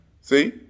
See